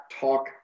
talk